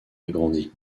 agrandie